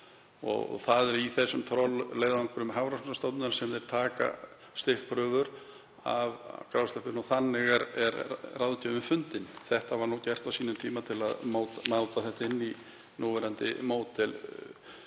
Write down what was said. Það er í þessum trollleiðöngrum Hafrannsóknastofnunar sem þeir taka stikkprufur af grásleppunni og þannig er ráðgjöfin fundin. Þetta var gert á sínum tíma til að máta þetta inn í núverandi módel